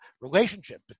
relationship